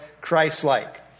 Christ-like